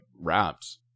wrapped